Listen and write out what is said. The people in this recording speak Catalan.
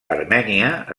armènia